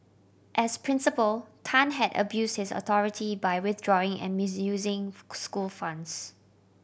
as principal Tan had abused his authority by withdrawing and misusing school funds